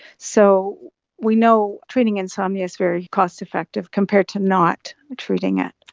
so we know treating insomnia is very cost-effective compared to not treating it.